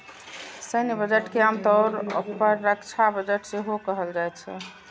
सैन्य बजट के आम तौर पर रक्षा बजट सेहो कहल जाइ छै